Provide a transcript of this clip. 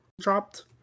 dropped